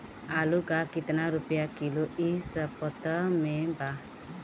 आलू का कितना रुपया किलो इह सपतह में बा?